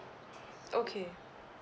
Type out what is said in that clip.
okay